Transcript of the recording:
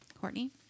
Courtney